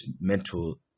mental